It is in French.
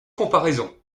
comparaison